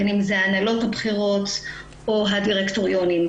בין אם זה ההנהלות הבכירות או הדירקטוריונים.